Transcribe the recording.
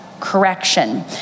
correction